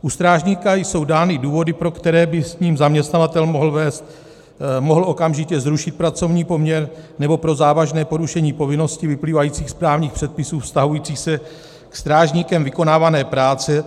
u strážníka jsou dány důvody, pro které by s ním zaměstnavatel mohl okamžitě zrušit pracovní poměr, nebo pro závažné porušení povinností vyplývajících z právních předpisů vztahujících se k strážníkem vykonávané práci.